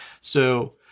So-